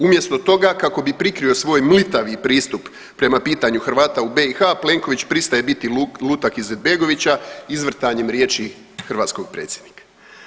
Umjesto toga kako bi prikrio svoj mlitavi pristup prema pitanju Hrvata u BiH Plenković pristaje biti lutak Izetbegovića izvrtanjem riječi hrvatskog predsjednika.